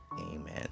amen